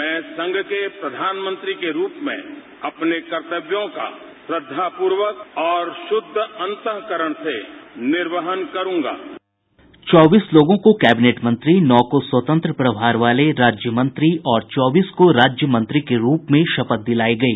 मैं संघ को प्रधानमंत्री को रूप में अपने कर्तव्यों का श्रद्वापूर्वक और शुद्ध अंतरूकरण से निर्वाहण करूंगा चौबीस लोगों को कैबिनेट मंत्री नौ को स्वतंत्र प्रभार वाले राज्य मंत्री और चौबीस को राज्य मंत्री के रूप में शपथ दिलाई गई